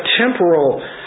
temporal